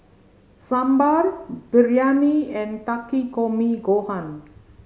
Sambar Biryani and Takikomi Gohan